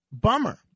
bummer